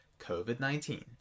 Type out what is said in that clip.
COVID-19